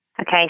Okay